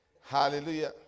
hallelujah